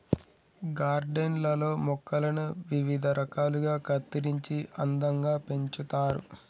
garden లల్లో మొక్కలను వివిధ రకాలుగా కత్తిరించి అందంగా పెంచుతారు